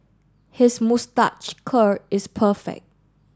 his moustache curl is perfect